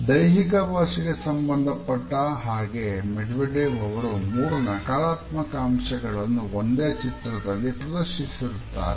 ದೈಹಿಕ ಭಾಷೆಗೆ ಸಂಬಂಧಪಟ್ಟ ಹಾಗೆ ಮೆಡ್ವೆಡೆವ್ ಅವರು ಮೂರು ನಕಾರಾತ್ಮಕ ಅಂಶಗಳನ್ನು ಒಂದೇ ಚಿತ್ರದಲ್ಲಿ ಪ್ರದರ್ಶಿಸುತ್ತಿದ್ದಾರೆ